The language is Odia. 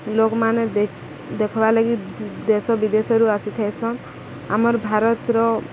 ଲୋକମାନେ ଦେଖାବା ଲାଗି ଦେଶ ବିଦେଶରୁ ଆସି ଥାଏସନ୍ ଆମର୍ ଭାରତର